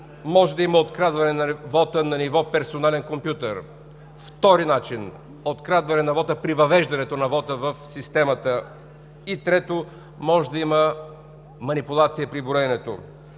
може да има открадване на вота на ниво персонален компютър; втори начин – открадване на вота при въвеждането на вота в системата, и трето – може да има манипулация при броенето.